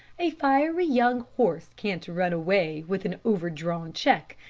a fiery, young horse can't run away, with an overdrawn check,